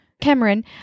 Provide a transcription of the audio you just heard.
Cameron